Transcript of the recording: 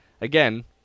again